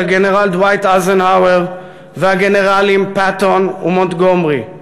הגנרל דווייט אייזנהאואר והגנרלים פטון ומונטגומרי.